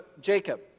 Jacob